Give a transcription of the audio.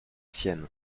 siennes